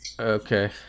Okay